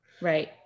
Right